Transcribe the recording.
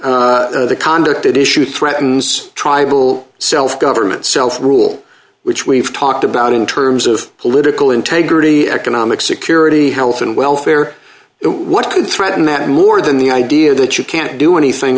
when the conduct at issue threatens tribal self government self rule which we've talked about in terms of political integrity economic security health and welfare but what could threaten that more than the idea that you can't do anything